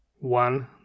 One